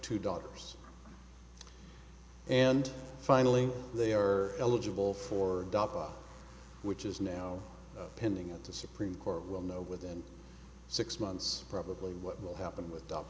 two daughters and finally they are eligible for adoption which is now pending at the supreme court will know within six months probably what will happen with the